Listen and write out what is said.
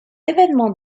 événements